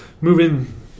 Moving